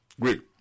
Great